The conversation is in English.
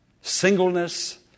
singleness